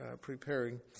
preparing